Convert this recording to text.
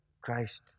Christ